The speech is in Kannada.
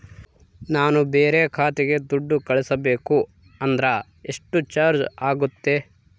ನಾನು ಬೇರೆ ಖಾತೆಗೆ ದುಡ್ಡು ಕಳಿಸಬೇಕು ಅಂದ್ರ ಎಷ್ಟು ಚಾರ್ಜ್ ಆಗುತ್ತೆ?